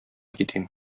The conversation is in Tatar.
китим